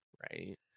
Right